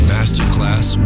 Masterclass